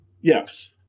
Yes